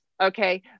okay